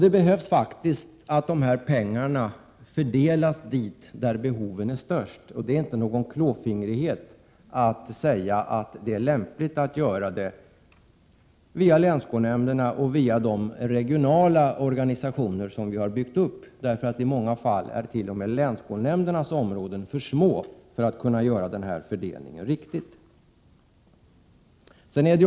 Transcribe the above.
Det är faktiskt nödvändigt att pengarna fördelas dit där behoven är störst, och det är inte någon klåfingrighet att säga att det är lämpligt att göra det via länsskolnämnderna och via de regionala organisationer som vi har byggt upp. I många fall är t.o.m. länsskolnämndernas områden för små för att man där skall kunna göra denna fördelning riktigt.